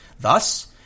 Thus